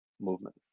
movement